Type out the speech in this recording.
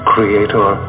Creator